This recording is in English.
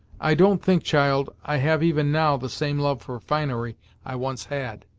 i don't think, child, i have even now the same love for finery i once had.